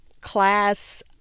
class